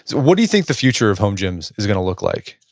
what do you think the future of home gyms is gonna look like?